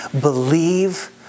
believe